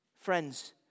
Friends